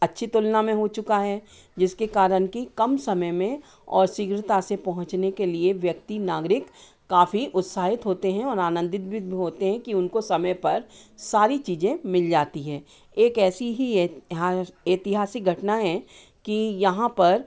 अच्छी तुलना में हो चुका है जिसके कारण कि कम समय में और शीघ्रता से पहुँचने के लिए व्यक्ति नागरिक काफ़ी उत्साहित होते हैं और आनंदित भी होते हैं कि उनको समय पर सारी चीज़ें मिल जाती हैं एक ऐसी ही ऐतिहासिक घटना है कि यहाँ पर